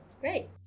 Great